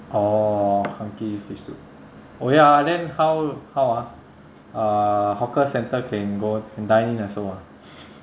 oh han kee fish soup oh ya then how how ah uh hawker centre can go can dine in also ah